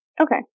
Okay